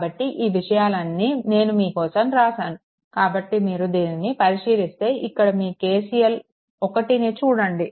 కాబట్టి ఈ విషయాలన్నీ నేను మీ కోసం రాశాను కాబట్టి మీరు దీనిని పరిశీలిస్తే ఇక్కడ మీ KCL 1ని చూస్తే